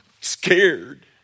scared